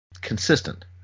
consistent